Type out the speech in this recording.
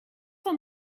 for